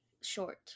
short